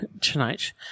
tonight